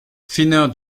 thinner